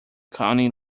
county